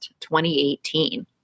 2018